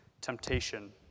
temptation